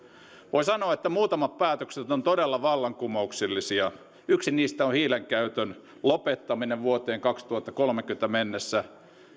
voi sanoa että muutamat päätökset ovat todella vallankumouksellisia yksi niistä on hiilenkäytön lopettaminen vuoteen kaksituhattakolmekymmentä mennessä